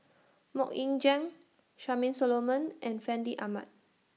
Mok Ying Jang Charmaine Solomon and Fandi Ahmad